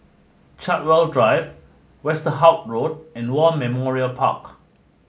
Chartwell Drive Westerhout Road and War Memorial Park